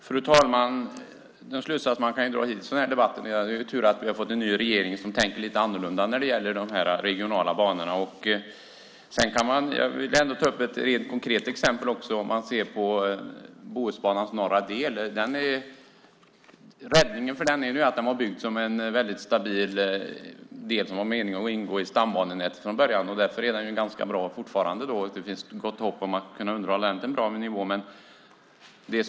Fru talman! Den slutsats man kan dra hittills av debatten är att det är tur att vi har fått en ny regering som tänker lite annorlunda när det gäller de regionala banorna. Jag vill ta upp ett konkret exempel, nämligen Bohusbanans norra del. Räddningen för den är att den var byggd som en stabil del som från början var avsedd att ingå i stambanenätet. Därför är den fortfarande ganska bra, och det finns gott hopp om att man ska kunna underhålla den.